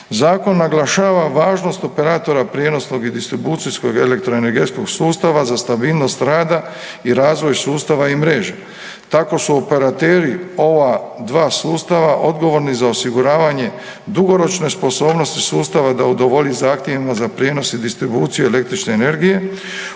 Zakon naglašava važnost operatora prijenosnog i distribucijskog elektroenergetskog sustava za stabilnost rada i razvoj sustava i mreža. Tako su operateri ova dva sustava odgovorni za osiguravanje dugoročne sposobnosti sustava da udovolji zahtjevima za prijenos i distribuciju električne energije